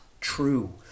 true